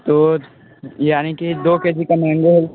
तो यानी की दो के जी का मेंगो